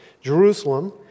Jerusalem